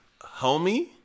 Homie